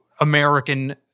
American